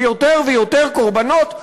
ויותר ויותר קורבנות,